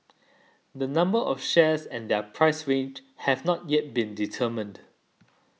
the number of shares and their price range have not yet been determined